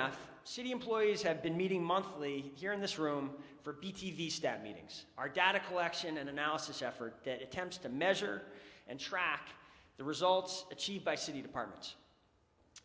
half city employees have been meeting monthly here in this room for b t v staff meetings our data collection and analysis effort that attempts to measure and track the results achieved by city departments